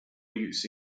use